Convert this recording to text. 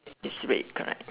is red correct